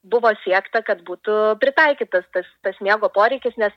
buvo siekta kad būtų pritaikytas tas tas miego poreikis nes